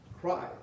cry